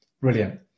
Brilliant